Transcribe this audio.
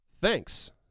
Thanks